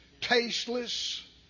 tasteless